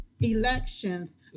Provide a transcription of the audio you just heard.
elections